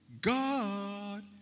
God